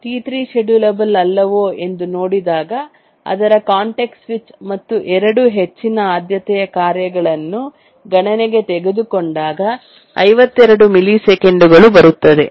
T3 schedulable ಅಲ್ಲವೋ ಎಂದು ನೋಡಿದಾಗ ಅದರ ಕಾಂಟೆಕ್ಸ್ಟ್ ಸ್ವಿಚ್ ಮತ್ತು ಎರಡು ಹೆಚ್ಚಿನ ಆದ್ಯತೆಯ ಕಾರ್ಯಗಳನ್ನು ಗಣನೆಗೆ ತೆಗೆದುಕೊಂಡಾಗ 52 ಮಿಲಿಸೆಕೆಂಡುಗಳು ಬರುತ್ತದೆ